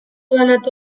banatu